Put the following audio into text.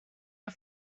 are